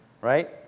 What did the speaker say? right